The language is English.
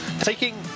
taking